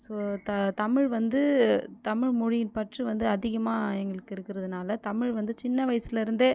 so the Tamil வந்து தமிழ்மொழியின் பற்று வந்து அதிகமாக எங்களுக்கு இருக்கிறதுனால தமிழ் வந்து சின்ன வயசுலேருந்தே